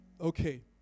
Okay